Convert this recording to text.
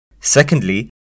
Secondly